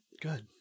Good